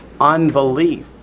unbelief